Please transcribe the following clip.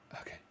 Okay